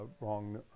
wrong